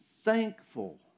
thankful